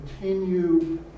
continue